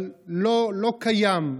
אבל לא קיים,